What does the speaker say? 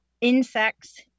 insects